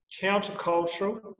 countercultural